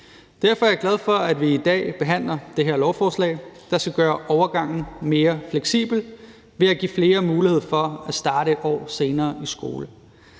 Derfor er jeg glad for, at vi i dag behandler det her lovforslag, der skal gøre overgangen mere fleksibel ved at give flere muligheder for at starte et år senere i skole.